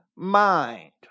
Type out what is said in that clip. Mind